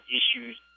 issues